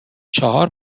چهار